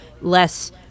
less